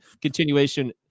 continuation